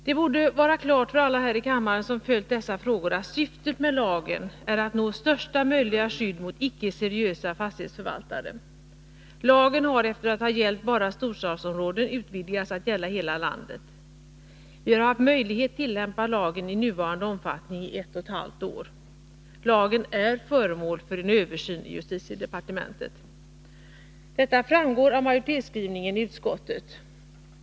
Det borde vara klart för alla här i kammaren som följt dessa frågor att syftet med lagen är att nå största möjliga skydd mot icke seriösa fastighetsförvaltare. Lagen har efter att ha gällt bara storstadsområden utvidgats till att gälla hela landet. Vi har haft möjlighet att tillämpa lagen i dess nuvarande omfattning i ett och ett halvt år. Lagen är föremål för en översyn i justitiedepartementet. Detta framgår av majoritetsskrivningen i utskottet.